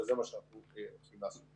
וזה מה שאנחנו הולכים לעשות.